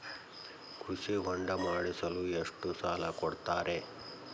ಕೃಷಿ ಹೊಂಡ ಮಾಡಿಸಲು ಎಷ್ಟು ಸಾಲ ಕೊಡ್ತಾರೆ?